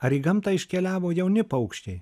ar į gamtą iškeliavo jauni paukščiai